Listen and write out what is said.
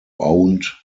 owned